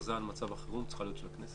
שהכרזה על מצב החירום צריכה להיות של הכנסת.